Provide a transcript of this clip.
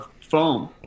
foam